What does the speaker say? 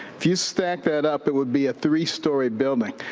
if you stack that up it would be a three-story building.